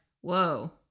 whoa